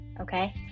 okay